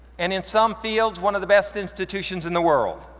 and in some fields, one of the best institutions in the world.